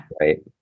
Right